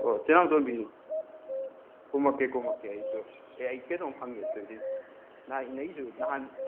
ꯑꯣ ꯀꯌꯥꯝ ꯆꯪꯗꯣꯏꯅꯣ ꯀꯨꯝꯃꯛꯀꯦ ꯀꯨꯝꯃꯛꯀꯦ ꯑꯩꯁꯨ ꯑꯦ ꯑꯩ ꯀꯩꯅꯣꯝ ꯍꯪꯒꯦ ꯇꯧꯔꯤꯅꯤ ꯅꯍꯥꯟꯗꯩꯁꯨ ꯅꯍꯥꯟ